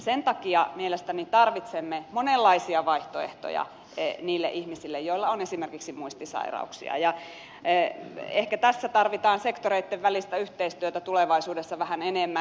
sen takia mielestäni tarvitsemme monenlaisia vaihtoehtoja niille ihmisille joilla on esimerkiksi muistisairauksia ja ehkä tässä tarvitaan sektoreitten välistä yhteistyötä tulevaisuudessa vähän enemmän